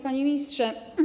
Panie Ministrze!